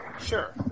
Sure